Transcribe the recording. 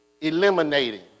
eliminating